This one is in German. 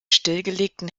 stillgelegten